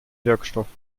wirkstoffe